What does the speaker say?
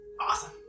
Awesome